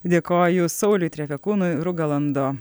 dėkoju sauliui trepekūnui rugalando